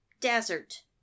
desert